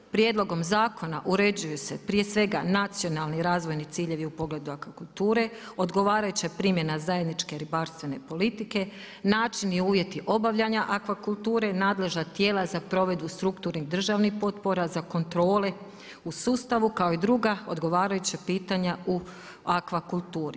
Prijedlogom zakona uređuje se prije svega, nacionalni razvojni ciljevi u pogledu akvakulture, odgovarajuća primjena zajedničke ribarstvene politike, načini i uvjeti obavljanja akvakulture, nadležna tijela za provedbu strukturnih državnih potpora, za kontrole u sustavu, kao i druga odgovarajuća pitanja u akvakulturi.